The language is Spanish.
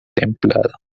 templado